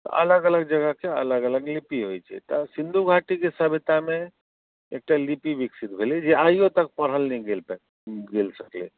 तऽ अलग अलग जगहके अलग अलग लिपि होइ छै तऽ सिन्धु घाटीके सभ्यतामे एकटा लिपि विकसित भेलै जे आइओ तक पढ़ल नहि गेल गेल छथिन